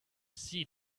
see